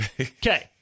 okay